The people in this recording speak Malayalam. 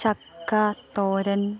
ചക്കാ തോരൻ